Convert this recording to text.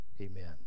Amen